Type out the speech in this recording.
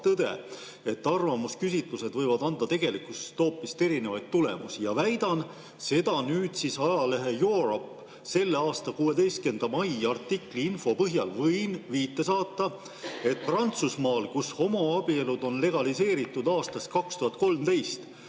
tõde, et arvamusküsitlused võivad anda tegelikkusest hoopis erinevaid tulemusi. Ja ma väidan seda ajalehe Europe selle aasta 16. mai artikli info põhjal – võin viite saata –, et Prantsusmaal, kus homoabielud on legaliseeritud aastast 2013,